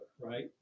right